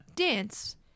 dance